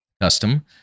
Custom